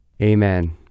Amen